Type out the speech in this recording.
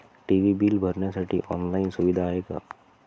TV bill भरण्यासाठी online सुविधा आहे का?